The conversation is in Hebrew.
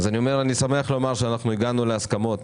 אז אני אומר, אני שמח לומר שאנחנו הגענו להסכמות